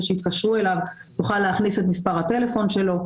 שיתקשרו אליו יוכל להכניס את מספר הטלפון שלו.